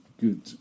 good